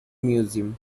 museum